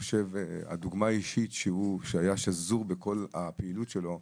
הדוגמה האישית שהייתה שזורה בכל הפעילות שלו,